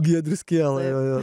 giedrius kiela jo jo jo